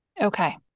Okay